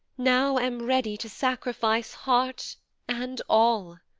now am ready to sacrifice heart and all.